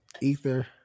Ether